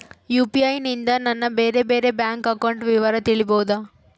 UPI ನಿಂದ ನನ್ನ ಬೇರೆ ಬೇರೆ ಬ್ಯಾಂಕ್ ಅಕೌಂಟ್ ವಿವರ ತಿಳೇಬೋದ?